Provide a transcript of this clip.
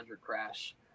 crash